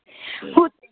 हुते